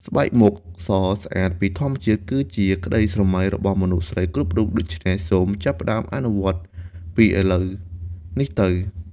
ស្បែកមុខសស្អាតពីធម្មជាតិ គឺជាក្តីស្រមៃរបស់មនុស្សស្រីគ្រប់រូប ដូច្នេះសូមចាប់ផ្តើមអនុវត្តពីឥឡូវនេះទៅ។